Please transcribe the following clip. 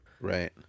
Right